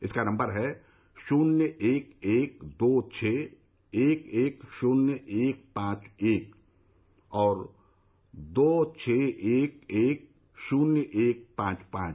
इसका नंबर है शून्य एक एक दो छः एक एक शून्य एक पांच एक और दो छः एक एक शून्य एक पांच पांच